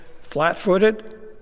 flat-footed